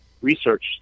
Research